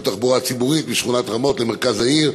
תחבורה ציבורית משכונת רמות למרכז העיר.